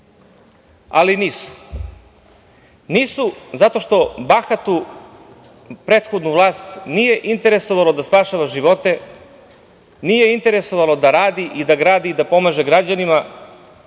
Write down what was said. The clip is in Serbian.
ali nisu. Nisu, zato što bahatu prethodnu vlast nije interesovalo da spašava živote, nije interesovalo da radi, da gradi i da pomaže građanima,